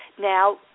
now